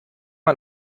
man